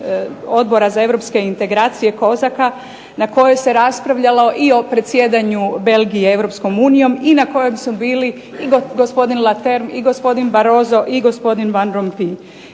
Odbora za europske integracije Kozaka na kojoj se raspravljalo i o predsjedanju Belgije EU i na kojem su bili i gospodin Leterme i gospodin Barroso i gospodin Van Rompuyem.